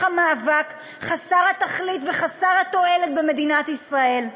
המאבק חסר התכלית וחסר התועלת במדינת ישראל.